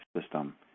system